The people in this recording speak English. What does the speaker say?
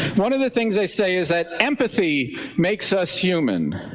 one of the things they say is that empathy makes us human